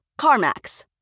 CarMax